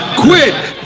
quit